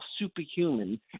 superhuman